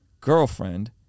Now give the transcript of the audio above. girlfriend